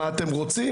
מה אתם רוצים?